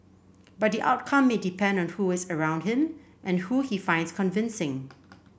but the outcome may depend on who is around him and who he finds convincing